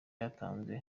yatanze